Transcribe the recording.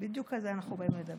בדיוק על זה אנחנו באים לדבר.